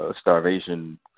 starvation